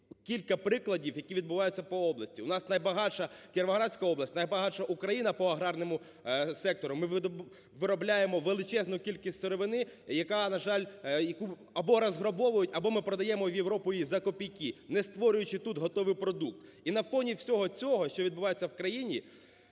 кілька прикладів, які відбуваються по області. У нас найбагатша Кіровоградська область, найбагатша Україна по аграрному сектору, ми виробляємо величезну кількість сировини, яка, на жаль, яку або розграбовують, або ми продаємо в Європу її за копійки, не створюючи тут готовий продукт. І на фоні всього цього, що відбуваєтсья в країні,